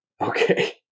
okay